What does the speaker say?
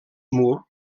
mur